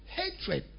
hatred